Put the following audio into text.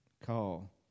Call